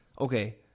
okay